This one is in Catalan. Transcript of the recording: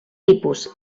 tipus